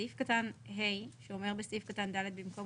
סעיף קטן (ה) שאומר בסעיף קטן (ד) במקום